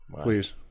Please